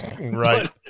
Right